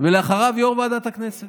ואחריו יו"ר ועדת הכנסת.